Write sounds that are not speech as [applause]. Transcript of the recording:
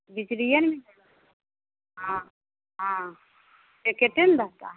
बिकरिया नहीं है हाँ हाँ [unintelligible]